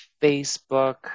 Facebook